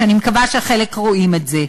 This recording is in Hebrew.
ואני מקווה שחלק רואים את זה.